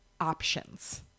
options